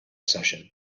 session